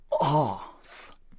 off